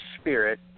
spirit